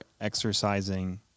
exercising